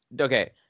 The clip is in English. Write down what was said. Okay